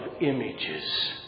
images